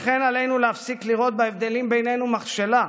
לכן עלינו להפסיק לראות בהבדלים בינינו מכשלה.